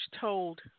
told